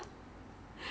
I think it's very common